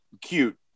cute